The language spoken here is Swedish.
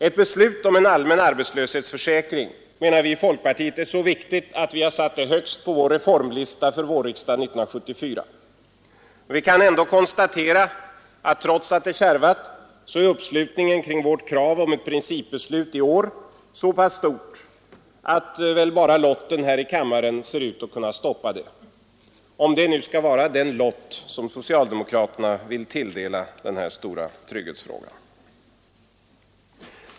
Ett beslut om en allmän arbetslöshetsförsäkring menar vi i folkpartiet är så viktigt att vi satt det högst på vår reformlista för 1974. Men vi kan ändå konstatera att trots att det kärvat är uppslutningen kring vårt krav om ett principbeslut i år så pass stort att väl bara lotten här i kammaren ser ut att kunna stoppa det. Om det nu skall vara den ”lott” som socialdemokraterna vill tilldela den här stora trygghetsfrågan.